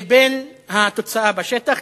לבין התוצאה בשטח,